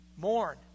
Mourn